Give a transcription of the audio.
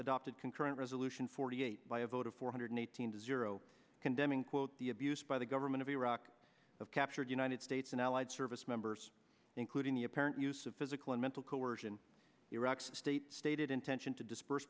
adopted concurrent resolution forty eight by a vote of four hundred eighteen to zero condemning quote the abuse by the government of iraq of captured united states and allied service members including the apparent use of physical and mental coersion iraq's state's stated intention to disperse